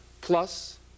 plus